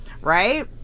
Right